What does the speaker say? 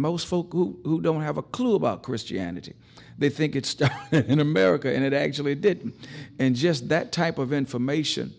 most folks who don't have a clue about christianity they think it's in america and it actually did and just that type of information